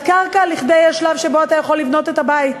קרקע לשלב שבו אתה יכול לבנות את הבית.